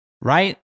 right